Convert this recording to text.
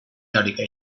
teòrica